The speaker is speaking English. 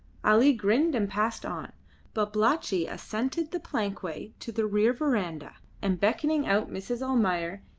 ali grinned and passed on babalatchi ascended the plankway to the rear verandah, and beckoning out mrs. almayer,